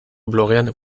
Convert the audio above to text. blogean